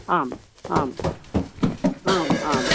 आम् आम् आम् आम्